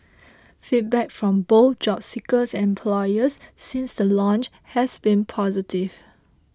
feedback from both job seekers and employers since the launch has been positive